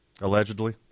allegedly